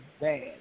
bad